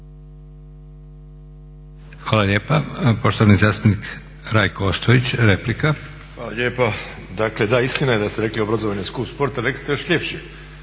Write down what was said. Hvala lijepa. Poštovani zastupnik Rajko Ostojić, replika. **Ostojić, Rajko (SDP)** Hvala lijepa. Dakle da, istina je da ste rekli obrazovanje je skup sport, a rekli ste još ljepše